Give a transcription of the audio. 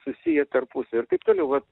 susiję tarpusavy ir taip toliau vat